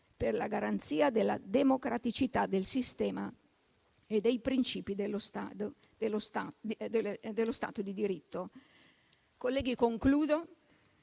per la garanzia della democraticità del sistema e dei principi dello Stato di diritto. Colleghi, io confido